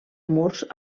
murs